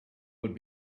would